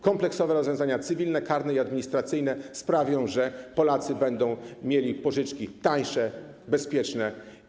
Kompleksowe rozwiązania cywilne, karne i administracyjne sprawią, że Polacy będą mieli pożyczki tańsze i bezpieczne.